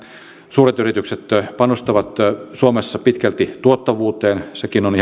suuret yritykset panostavat suomessa pitkälti tuottavuuteen sekin on